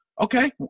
Okay